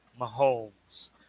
Mahomes